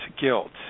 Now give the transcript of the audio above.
guilt